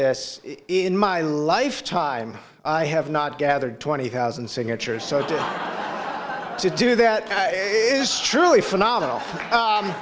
this in my lifetime i have not gathered twenty thousand signatures so to to do that is truly phenomenal